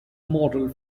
model